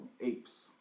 apes